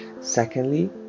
secondly